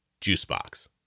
juicebox